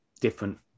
different